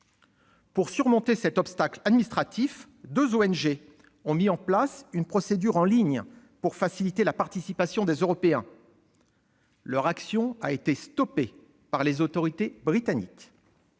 Pour surmonter cet obstacle administratif, deux ONG ont mis en place une procédure en ligne afin de faciliter la participation des Européens. Leur action a été stoppée par les autorités britanniques.